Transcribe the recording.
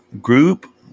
group